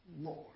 Lord